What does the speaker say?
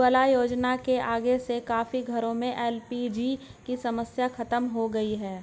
उज्ज्वला योजना के आने से काफी घरों में एल.पी.जी की समस्या खत्म हो गई